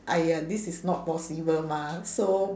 !aiya! this is not possible mah so